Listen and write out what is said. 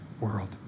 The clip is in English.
world